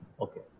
Okay